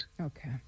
Okay